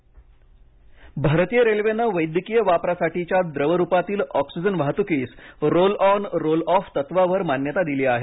railway भारतीय रेल्वेने वैद्यकीय वापरासाठीच्या द्रव रूपातील ऑक्सिजन वाहतुकीस रोल ऑन रोल ऑफ तत्वावर मान्यता दिली आहे